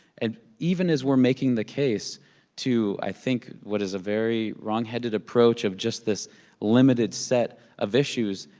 and even as we're making the case to i think what is a very wrongheaded approach of just this limited set of issues,